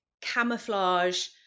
camouflage